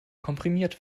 komprimiert